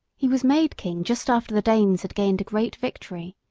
he was made king just after the danes had gained a great victory,